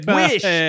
wish